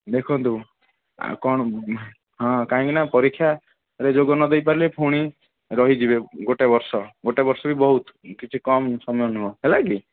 ଦେଖନ୍ତୁ କ'ଣ ହଁ କାହିଁକିନା ପରୀକ୍ଷାରେ ଯୋଗ ନଦେଇ ପାରିଲେ ପୁଣି ରହିଯିବେ ଗୋଟେ ବର୍ଷ ଗୋଟେ ବର୍ଷ ବି ବହୁତ କିଛି କମ ସମୟ ନୁହେଁ ହେଲା କି